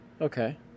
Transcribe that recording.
Okay